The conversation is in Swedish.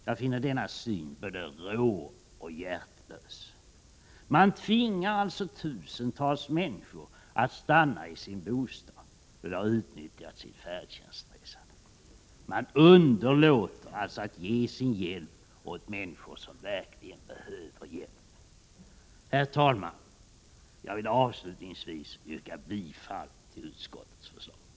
Jag finner denna syn både rå och hjärtlös. Man tvingar alltså tusentals människor att stanna i sin bostad, då de har utnyttjat sitt färdtjänstresande. Man underlåter alltså att ge sin hjälp åt de människor som verkligen behöver hjälp. Herr talman! Jag vill avslutningsvis yrka bifall till utskottets förslag.